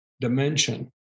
dimension